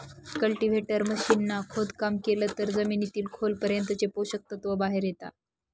cultivator machine ने खोदकाम केलं तर जमिनीतील खोल पर्यंतचे पोषक तत्व बाहेर येता